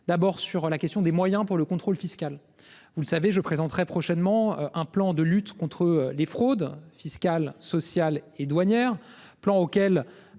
D'abord, sur la question des moyens du contrôle fiscal. Vous le savez, je présenterai prochainement un plan de lutte contre les fraudes fiscales, sociales et douanières, auquel